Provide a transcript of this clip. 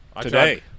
Today